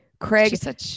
Craig